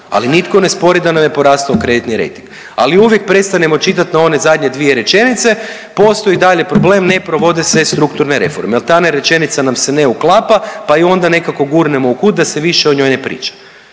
ali nitko ne spori da nam je rastao kreditni rejting. Ali uvijek prestanemo čitat na one zadnje dvije rečenice. Postoji i dalje problem ne provede se strukturne reforme jer ta rečenica nam se ne uklapa pa ju onda nekako gurnemo u kut da se više o njoj ne priča.